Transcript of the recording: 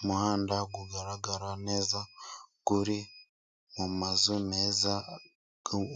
Umuhanda ugaragara neza. Uri mu mazu meza.